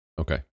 Okay